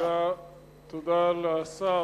תודה לשר.